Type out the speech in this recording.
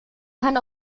kann